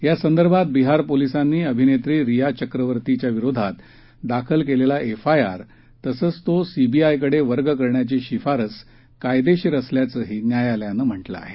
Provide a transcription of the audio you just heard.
या संदर्भात बिहार पोलिसांनी अभिनेत्री रिया चक्रवर्ती विरोधात दाखल केलेला एफआयआर तसंच तो सीबीआयकडे वर्ग करण्याची शिफारस कायदेशीर असल्याचंही न्यायालयानं म्हटलं आहे